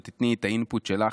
ותיתני את ה-input שלך,